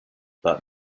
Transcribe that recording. but